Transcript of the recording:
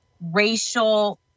racial